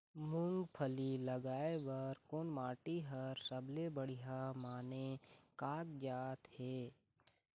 मूंगफली लगाय बर कोन माटी हर सबले बढ़िया माने कागजात हे?